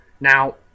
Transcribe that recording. Now